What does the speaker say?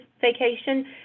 vacation